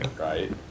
right